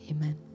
Amen